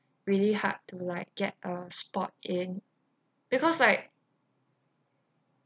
really hard to like get a spot in because like